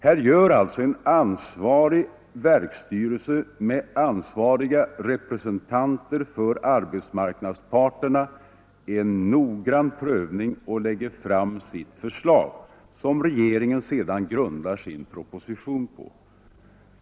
Här gör alltså en ansvarig verksstyrelse med ansvariga representanter för arbetsmarknadsparterna en noggrann prövning och lägger fram sitt förslag, som regeringen sedan grundar sin proposition på.